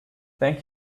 thank